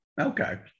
Okay